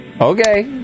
Okay